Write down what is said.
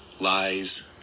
lies